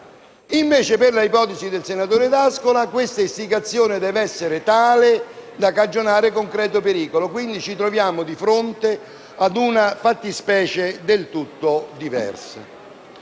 Invece, per la ipotesi del senatore D'Ascola, questa istigazione deve essere tale da cagionare un concreto pericolo. Quindi ci troviamo di fronte a una fattispecie del tutto diversa.